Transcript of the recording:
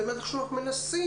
זה מה שאנחנו מנסים.